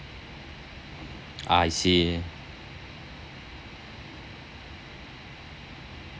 I see